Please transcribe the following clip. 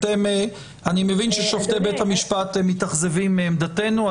אני מבין ששופטי בית המשפט מתאכזבים מעמדתנו.